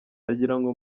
ndagirango